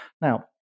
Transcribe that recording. Now